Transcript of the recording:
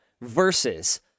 versus